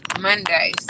Monday